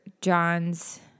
John's